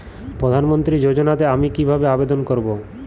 প্রধান মন্ত্রী যোজনাতে আমি কিভাবে আবেদন করবো?